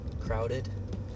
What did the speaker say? crowded